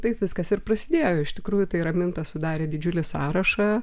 taip viskas ir prasidėjo iš tikrųjų tai raminta sudarė didžiulį sąrašą